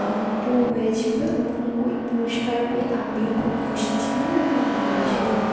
আমার জন্য হয়েছিলো এবং ওই পুরস্কার পেয়ে আমিও খুব খুশি ছিলাম এবং আনন্দ ছিলাম